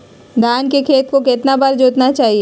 धान के खेत को कितना बार जोतना चाहिए?